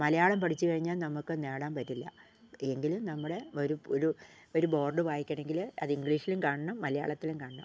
മലയാളം പഠിച്ചു കഴിഞ്ഞാൽ നമുക്ക് നേടാൻ പറ്റില്ല എങ്കിലും നമ്മുടെ ഒരു ഒരു ഒരു ബോർഡ് വായിക്കണമെങ്കിൽ അത് ഇംഗ്ലീഷിലും കാണണം മലയാളത്തിലും കാണണം